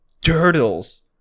turtles